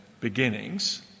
beginnings